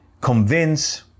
convince